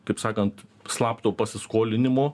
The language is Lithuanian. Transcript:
kaip sakant slapto pasiskolinimo